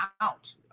out